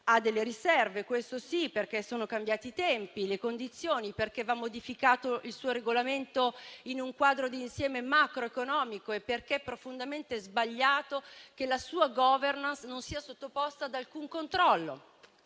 ha delle riserve - questo sì - perché sono cambiati i tempi e le condizioni, perché va modificato il suo regolamento in un quadro di insieme macroeconomico e perché è profondamente sbagliato che la sua *governance* non sia sottoposta ad alcun controllo.